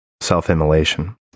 self-immolation